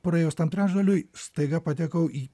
praėjus tam trečdaliui staiga patekau į